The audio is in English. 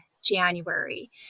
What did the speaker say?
January